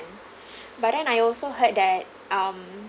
but then I also heard that um